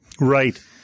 Right